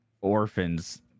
orphans